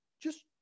Just-